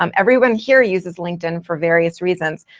um everyone here uses linkedin for various reasons.